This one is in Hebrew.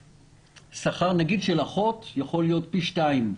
שכר של אחות יכול להיות פי שניים.